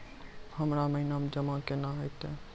हमरा महिना मे जमा केना हेतै?